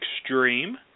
extreme